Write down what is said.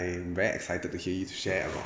I'm very excited to hear you to share about